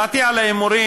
דעתי על ההימורים